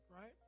right